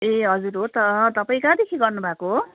ए हजुर हो त तपाईँ कहाँदेखि गर्नुभएको